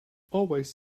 always